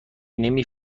نمی